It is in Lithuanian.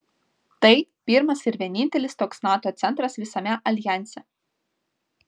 tai pirmas ir vienintelis toks nato centras visame aljanse